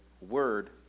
word